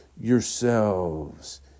yourselves